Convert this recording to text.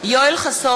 (קוראת בשם חבר הכנסת) יואל חסון,